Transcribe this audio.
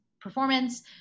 performance